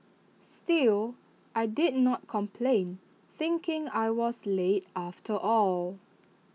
still I did not complain thinking I was late after all